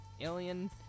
Alien